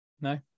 No